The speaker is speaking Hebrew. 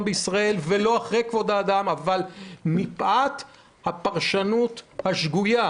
בישראל ולא אחרי כבוד האדם אבל מפאת הפרשנות השגויה,